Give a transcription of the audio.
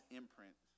imprint